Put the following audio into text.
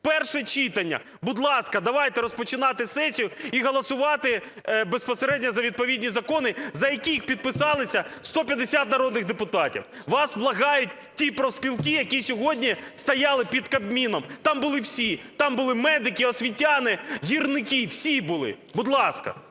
Перше читання. Будь ласка, давайте розпочинати сесію і голосувати безпосередньо за відповідні закони, за які підписалися 150 народних депутатів. Вас благають ті профспілки, які сьогодні стояли під Кабміном. Там були всі: там були медики, освітяни, гірники, всі були. Будь ласка!